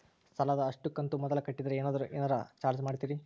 ಸಾಲದ ಅಷ್ಟು ಕಂತು ಮೊದಲ ಕಟ್ಟಿದ್ರ ಏನಾದರೂ ಏನರ ಚಾರ್ಜ್ ಮಾಡುತ್ತೇರಿ?